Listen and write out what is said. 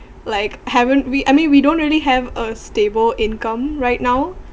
like haven't we I mean we don't really have a stable income right now